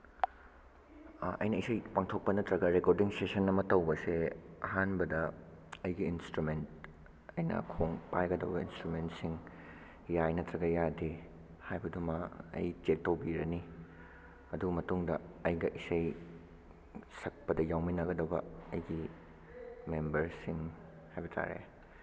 ꯑꯩꯅ ꯏꯁꯩ ꯄꯥꯡꯊꯣꯛꯄ ꯅꯠꯇ꯭ꯔꯒ ꯔꯦꯀꯣꯔꯗꯤꯡ ꯁꯦꯁꯟ ꯑꯃ ꯇꯧꯕꯁꯦ ꯑꯍꯥꯟꯕꯗ ꯑꯩꯒꯤ ꯏꯟꯁꯇ꯭ꯔꯨꯃꯦꯟ ꯑꯩꯅ ꯄꯥꯏꯒꯗꯕ ꯏꯟꯁꯇ꯭ꯔꯨꯃꯦꯟꯁꯤꯡ ꯌꯥꯏ ꯅꯠꯇ꯭ꯔꯒ ꯌꯥꯗꯦ ꯍꯥꯏꯕꯗꯨ ꯑꯃ ꯑꯩ ꯆꯦꯛ ꯇꯧꯕꯤꯔꯅꯤ ꯑꯗꯨ ꯃꯇꯨꯡꯗ ꯑꯩꯒ ꯏꯁꯩ ꯁꯛꯄꯗ ꯌꯥꯎꯃꯤꯟꯅꯒꯗꯕ ꯑꯩꯒꯤ ꯃꯦꯝꯕꯔꯁꯤꯡ ꯍꯥꯏꯕ ꯇꯥꯔꯦ